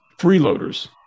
freeloaders